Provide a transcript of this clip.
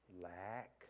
lack